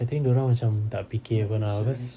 I think dia orang macam tak fikir they gonna cause